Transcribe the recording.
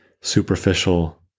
superficial